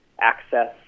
access